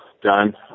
done